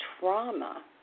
trauma